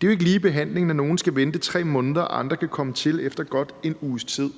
Det er jo ikke ligebehandling, når nogle skal vente 3 måneder, og andre kan komme til efter godt en uges tid.